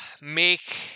make